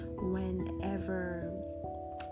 whenever